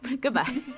Goodbye